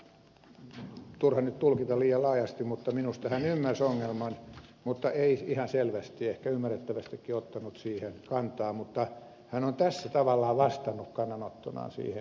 turha nyt tulkita liian laajasti mutta minusta hän ymmärsi ongelman mutta ei ihan selvästi ehkä ymmärrettävästikin ottanut siihen kantaa mutta hän on tässä tavallaan vastannut kannanottonaan siihen